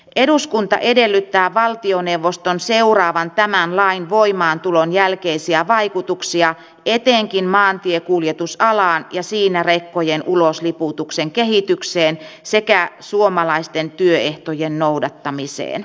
eduskunta edellyttää valtioneuvoston seuraavan tämän lain voimaantulon jälkeisiä vaikutuksia etenkin maantiekuljetusalaan ja siinä rekkojen ulosliputuksen kehitykseen sekä suomalaisten työehtojen noudattamiseen